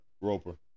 Roper